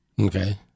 Okay